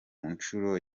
nshuro